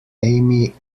amy